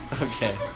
Okay